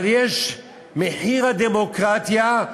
אבל יש "מחיר הדמוקרטיה",